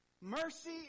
Mercy